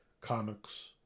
comics